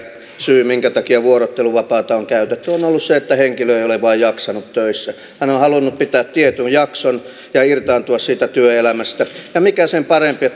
syy minkä takia vuorotteluvapaata on käytetty on on ollut se että henkilö ei vain ole jaksanut töissä hän on on halunnut pitää tietyn jakson ja irtaantua siitä työelämästä ja mikä sen parempi